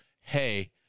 hey